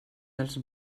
els